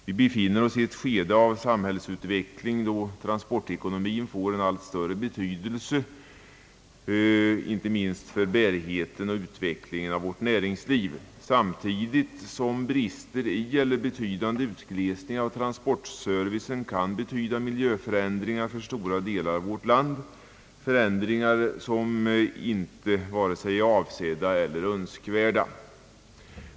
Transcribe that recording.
Vi befinner oss i ett skede av samhällets utveckling där transportekonomin får en allt större betydelse inte minst för utvecklingen och bärigheten av vårt näringsliv, samtidigt som brister i eller betydande utglesning av transportservicen kan leda till miljöförändringar för stora delar av vårt land, förändringar som inte är vare sig avsedda eller önskvärda.